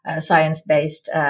science-based